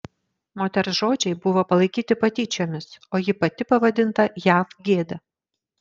moters žodžiai buvo palaikyti patyčiomis o ji pati pavadinta jav gėda